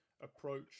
approach